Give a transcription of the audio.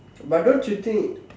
but don't you think